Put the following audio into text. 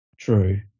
True